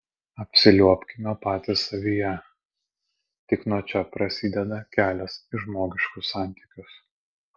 apsiliuobkime patys savyje tik nuo čia prasideda kelias į žmogiškus santykius